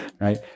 right